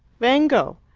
vengo.